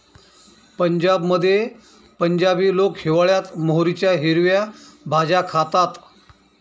पंजाबमध्ये पंजाबी लोक हिवाळयात मोहरीच्या हिरव्या भाज्या खातात